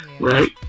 Right